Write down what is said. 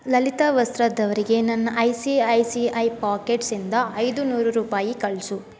ಲಲಿತಾ ವಸ್ತ್ರದ್ ಅವರಿಗೆ ನನ್ನ I C I C I ಪಾಕೆಟ್ಸಿಂದ ಐದು ನೂರು ರೂಪಾಯಿ ಕಳಿಸು